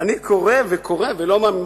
אני קורא וקורא, ולא מאמין.